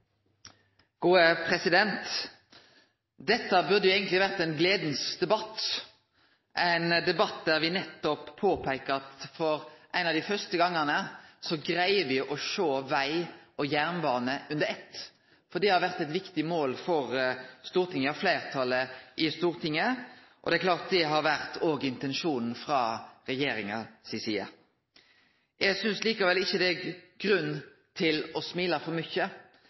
Dette burde eigentleg ha vore ein gledefylt debatt, ein debatt der me nettopp påpeiker at nesten for første gong greier me å sjå veg og jernbane under eitt. Det har vore eit viktig mål for fleirtalet i Stortinget, og det er klart at det har òg vore intensjonen frå regjeringa si side. Eg synest likevel ikkje det er grunn til å smile for mykje,